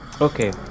Okay